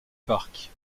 parc